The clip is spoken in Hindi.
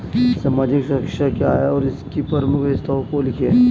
सामाजिक संरक्षण क्या है और इसकी प्रमुख विशेषताओं को लिखिए?